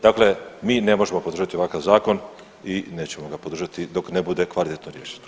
Dakle, mi ne možemo podržati ovakav zakon i nećemo ga podržati dok ne bude kvalitetno riješen.